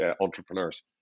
entrepreneurs